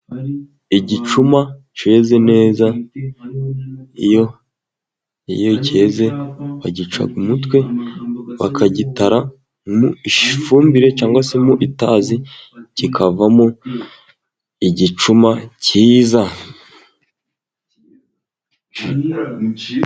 Igicuma cyeze neza, iyo cyeze bagica umutwe bakagitara mu ifumbire cyangwa se mu itazi kikavamo igicuma cyiza.